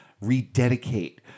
rededicate